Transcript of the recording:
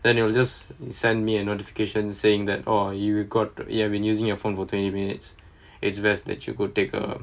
then it will just send me a notification saying that oh you got you have been using your phone for twenty minutes it's best that you could take a